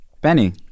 Benny